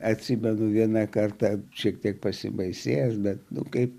atsimenu vieną kartą šiek tiek pasibaisėjęs bet daug kaip